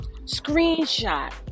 Screenshot